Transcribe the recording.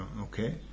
Okay